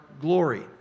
glory